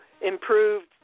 improved